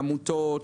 לעמותות.